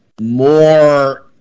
more